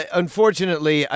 unfortunately